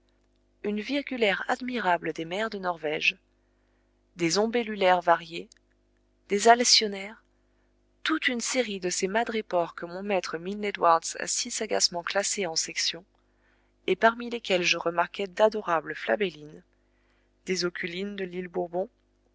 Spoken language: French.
une virgulaire admirable des mers de norvège des ombellulaires variées des alcyonnaires toute une série de ces madrépores que mon maître milne edwards a si sagacement classés en sections et parmi lesquels je remarquai d'adorables flabellines des oculines de l'île bourbon